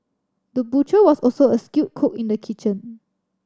the butcher was also a skilled cook in the kitchen